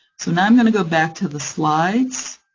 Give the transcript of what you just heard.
so now i'm going to go back to the slides,